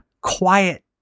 quiet